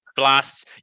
blasts